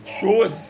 shows